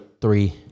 three